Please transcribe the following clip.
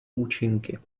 účinky